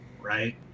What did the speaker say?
Right